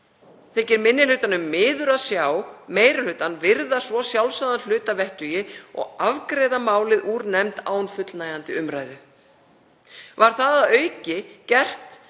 Þykir minni hlutanum miður að sjá meiri hlutann virða svo sjálfsagðan hlut að vettugi og afgreiða málið úr nefnd án fullnægjandi umræðu. Var það að auki gert þrátt